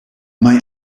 mijn